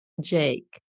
Jake